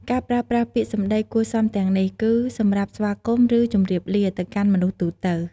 ការប្រើប្រាស់ពាក្យសម្ដីគួរសមទាំងនេះ គឺសម្រាប់ស្វាគមន៍ ឬជម្រាបលា ទៅកាន់មនុស្សទូទៅ។